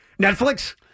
Netflix